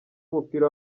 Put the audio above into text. w’umupira